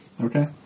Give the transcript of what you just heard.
Okay